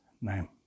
name